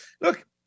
Look